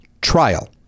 trial